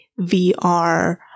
VR